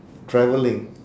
travelling